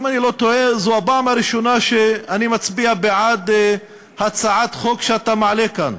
זו הפעם הראשונה שאני מצביע בעד הצעת חוק שאתה מעלה כאן.